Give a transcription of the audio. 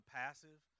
passive